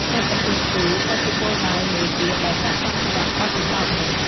ខេត្តកំពង់ស្ពឺ ក៏ជាគោលដៅមួយទៀតដែលស័ក្តិសមសម្រាប់បទពិសោធន៍នេះ។